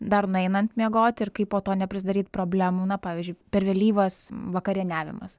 dar nueinant miegoti ir kaip po to neprizdaryt problemų na pavyzdžiui per vėlyvas vakarieniavimas